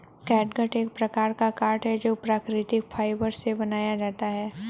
catgut एक प्रकार का कॉर्ड है जो प्राकृतिक फाइबर से बनाया जाता है